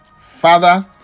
Father